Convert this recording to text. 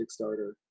Kickstarter